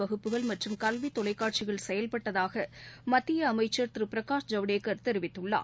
வகுப்பு மற்றும் கல்வி தொலைக்காட்சிகள் செயல்பட்டதாக மத்திய அமைச்சர் திரு பிரகாஷ் ஜவடேகர் தெரிவித்துள்ளார்